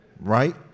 Right